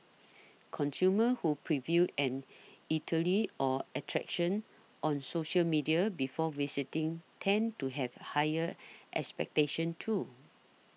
consumers who preview an eatery or attraction on social media before visiting tend to have higher expectations too